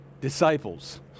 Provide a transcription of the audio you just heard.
disciples